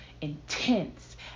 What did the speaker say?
intense